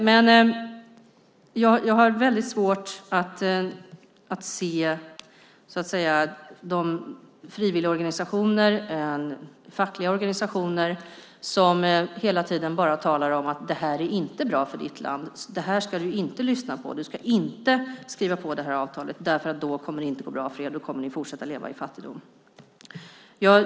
Men jag har väldigt svårt att förstå frivilligorganisationer och fackliga organisationer som hela tiden bara talar om att detta inte är bra för ditt land, detta ska du inte lyssna på, och detta avtal ska du inte skriva på därför att då kommer det inte att gå bra för er och då kommer ni att fortsätta leva i fattigdom.